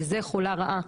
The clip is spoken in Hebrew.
וזה חולה רעה,